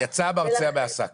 יצא המרצע מן השק.